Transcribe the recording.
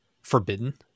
forbidden